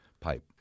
pipe